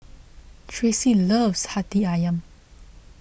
Tracy loves Hati Ayam